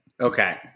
Okay